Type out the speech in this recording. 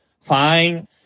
fine